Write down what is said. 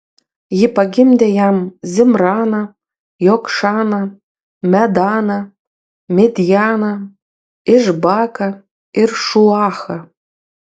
ji pagimdė jam zimraną jokšaną medaną midjaną išbaką ir šuachą